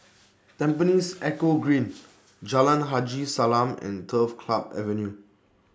Tampines Eco Green Jalan Haji Salam and Turf Club Avenue